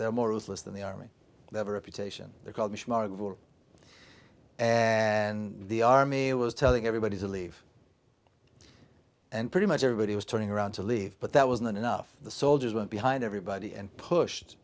than the army ever a petition they're called and the army was telling everybody to leave and pretty much everybody was turning around to leave but that wasn't enough the soldiers went behind everybody and pushed